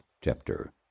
chapter